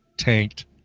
tanked